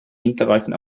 winterreifen